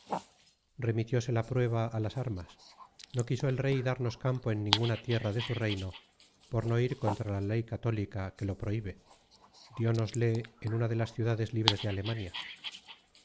book search generated at á las armas no quiso el rey darnos campo en ninguna tierra de su reino por no ir contra la ley católica que lo prohibe diónosle una de las ciudades libres de alemania